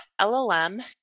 LLM